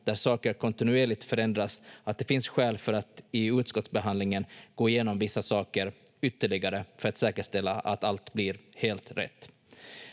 där saker kontinuerligt förändras, att det finns skäl för att i utskottsbehandlingen gå igenom vissa saker ytterligare för att säkerställa att allt blir helt rätt.